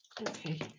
okay